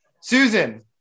Susan